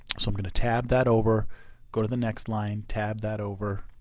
so i'm going to tab that over go to the next line, tab that over,